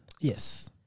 Yes